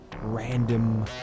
random